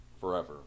forever